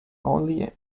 only